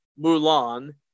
Mulan